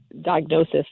diagnosis